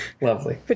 Lovely